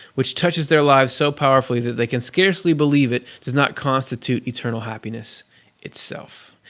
which touches their life so powerfully that they can scarcely believe it does not constitute eternal happiness itself.